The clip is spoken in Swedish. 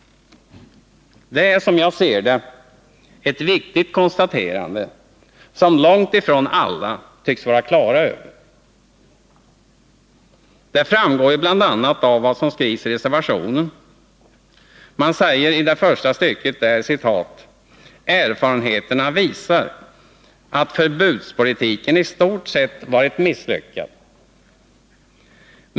Det är, som jag ser det, ett viktigt konstaterande. Långt ifrån alla tycks vara på det klara med detta. Det framgår bl.a. av vad som skrivs i reservationen, där det står i första stycket: ”Erfarenheterna visar att förbudspolitiken i stort varit misslyckad.